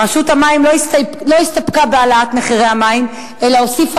רשות המים לא הסתפקה בהעלאת מחירי המים אלא הוסיפה